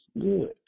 good